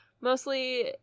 Mostly